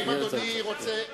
עכשיו אני רגוע.